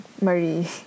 Marie